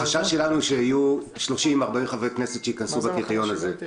החשש שלנו שיהיו 40-30 חברי כנסת שייכנסו בקריטריון הזה,